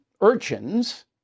urchins